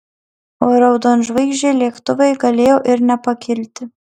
o raudonžvaigždžiai lėktuvai galėjo ir nepakilti